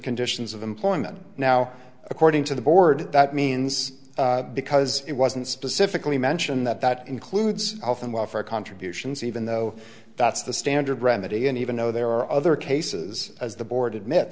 conditions of employment now according to the board that means because it wasn't specifically mentioned that that includes health and welfare contributions even though that's the standard remedy and even though there are other cases as the board admit